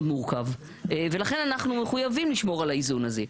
מורכב ולכן אנחנו מחויבים לשמור על האיזון הזה.